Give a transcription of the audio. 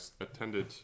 attended